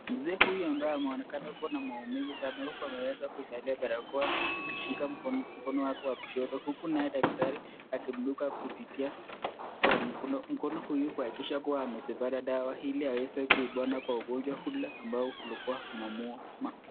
Mzee huyu ambaye anayeonekana kuwa na maumivu sana huku ameweza kuivalia barakoa akishika mkono wake wa kushoto, huku daktari amamdunga kupitia kwa mkono huu kuhakikisha ameweza ili aweze kupona ugonjwa ambao ulikuwa unamuuma.